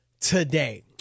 today